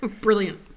Brilliant